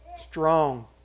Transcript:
strong